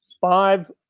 five